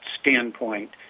standpoint